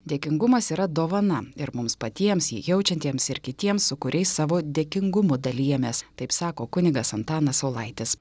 dėkingumas yra dovana ir mums patiems jį jaučiantiems ir kitiems su kuriais savo dėkingumu dalijamės taip sako kunigas antanas saulaitis